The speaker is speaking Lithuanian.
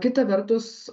kita vertus